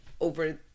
over